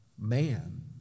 man